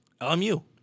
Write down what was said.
LMU